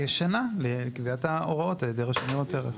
יהיה שנה לקביעת ההוראות על ידי הרשות לניירות ערך.